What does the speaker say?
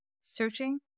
searching